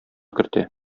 кертә